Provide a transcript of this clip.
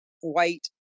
white